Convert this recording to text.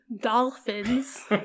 Dolphins